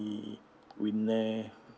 we never